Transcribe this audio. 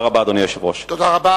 אדוני היושב-ראש, תודה רבה.